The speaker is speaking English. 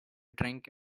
drink